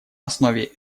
основе